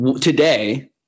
today